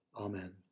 Amen